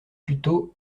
plutôt